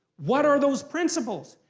what are those principles?